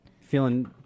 Feeling